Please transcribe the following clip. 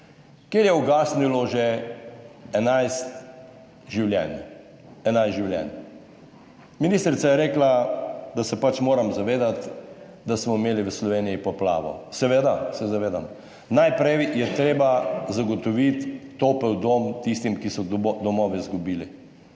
kjer je ugasnilo že 11 življenj. Ministrica je rekla, da se moram zavedati, da smo imeli v Sloveniji poplavo. Seveda se zavedam, najprej je treba zagotoviti topel dom tistim, ki so domove izgubili.